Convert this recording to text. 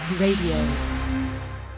RADIO